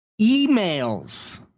emails